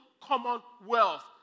commonwealth